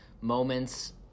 moments